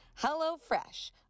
HelloFresh